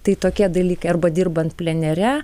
tai tokie dalykai arba dirbant plenere